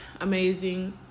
amazing